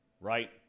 right